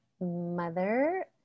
mother